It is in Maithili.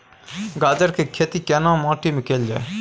गाजर के खेती केना माटी में कैल जाए?